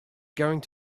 going